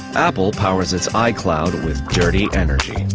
apple powers its icloud with dirty energy.